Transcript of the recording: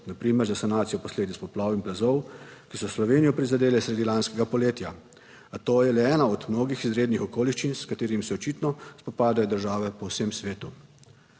na primer za sanacijo posledic poplav in plazov, ki so Slovenijo prizadele sredi lanskega poletja, a to je le ena od mnogih izrednih okoliščin, s katerimi se očitno spopadajo države po vsem svetu.